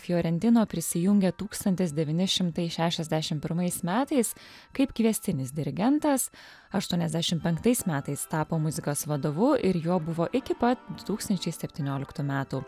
fiorentino prisijungė tūkstantis devyni šimtai šešiasdešim pirmais metais kaip kviestinis dirigentas aštuoniasdešim penktais metais tapo muzikos vadovu ir juo buvo iki pat du tūkstančiai septynioliktų metų